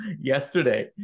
yesterday